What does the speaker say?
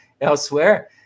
elsewhere